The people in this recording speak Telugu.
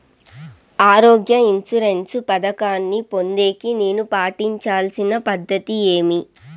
ఆరోగ్య ఇన్సూరెన్సు పథకాన్ని పొందేకి నేను పాటించాల్సిన పద్ధతి ఏమి?